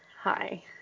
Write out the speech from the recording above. Hi